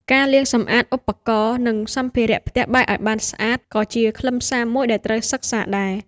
ការលាងសម្អាតឧបករណ៍ និងសម្ភារៈផ្ទះបាយឱ្យបានស្អាតក៏ជាខ្លឹមសារមួយដែលត្រូវសិក្សាដែរ។